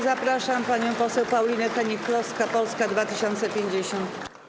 Zapraszam panią poseł Paulinę Hennig-Kloskę, Polska 2050.